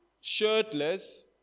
shirtless